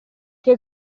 che